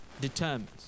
determines